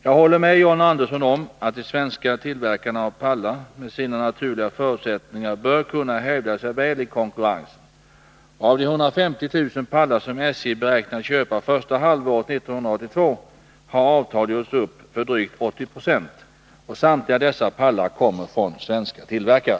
Jag håller med John Andersson om att de svenska tillverkarna av pallar med sina naturliga förutsättningar bör kunna hävda sig väl i konkurrensen. Av de 150 000 pallar som SJ beräknar köpa första halvåret 1982 har avtal gjorts upp för drygt 80 20. Samtliga dessa pallar kommer från svenska tillverkare.